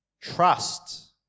Trust